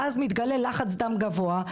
ואז מתגלה לחץ דם גבוה,